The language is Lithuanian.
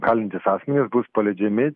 kalintys asmenys bus paleidžiami